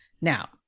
Now